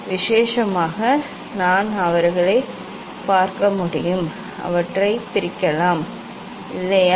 விசேஷமாக நாம் அவர்களைப் பார்க்க முடியுமா அவற்றைப் பிரிக்கலாம் இல்லையா